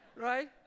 right